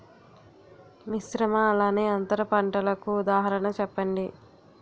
మిశ్రమ అలానే అంతర పంటలకు ఉదాహరణ చెప్పండి?